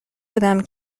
بودم